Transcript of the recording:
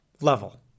level